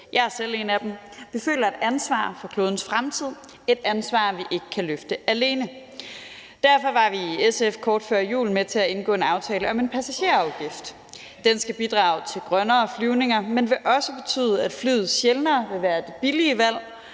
Jeg er selv en af dem. Vi føler et ansvar for klodens fremtid – et ansvar, vi ikke kan løfte alene. Derfor var vi i SF kort før jul med til at indgå en aftale om en passagerafgift. Den skal bidrage til grønnere flyvninger, men vil også betyde, at flyet sjældnere vil være det billige valg,